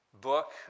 book